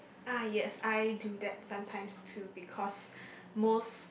ah yes I do that sometimes too because most